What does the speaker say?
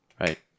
right